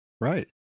Right